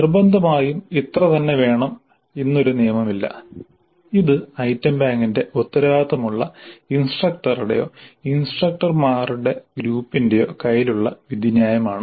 നിർബന്ധമായും ഇത്ര തന്നെ വേണം ഇന്നൊരു നിയമമില്ല ഇത് ഐറ്റം ബാങ്കിന്റെ ഉത്തരവാദിത്തമുള്ള ഇൻസ്ട്രക്ടറുടെയോ ഇൻസ്ട്രക്ടർമാരുടെ ഗ്രൂപ്പിന്റെയോ കയ്യിലുള്ള വിധിന്യായമാണ്